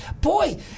boy